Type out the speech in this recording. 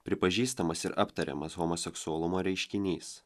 pripažįstamas ir aptariamas homoseksualumo reiškinys